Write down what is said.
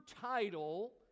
title